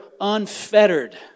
unfettered